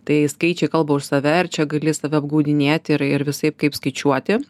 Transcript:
tai skaičiai kalba už save ir čia gali save apgaudinėti ir ir visaip kaip skaičiuoti